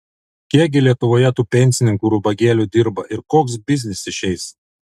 kiek gi lietuvoje tų pensininkų ir ubagėlių dirba ir koks biznis išeis